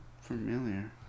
familiar